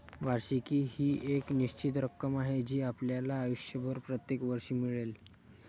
वार्षिकी ही एक निश्चित रक्कम आहे जी आपल्याला आयुष्यभर प्रत्येक वर्षी मिळेल